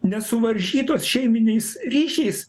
nesuvaržytos šeiminiais ryšiais